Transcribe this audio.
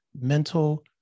mental